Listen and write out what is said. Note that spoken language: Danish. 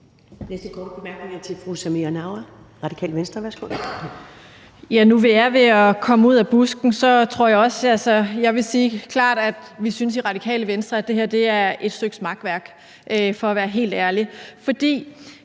næste korte bemærkning er til fru Samira Nawa, Radikale Venstre. Værsgo. Kl. 14:49 Samira Nawa (RV): Nu vi er ved at komme ud af busken, tror jeg også, jeg vil sige klart, at vi synes i Radikale Venstre, at det her er et stykke makværk, for at være helt ærlig. For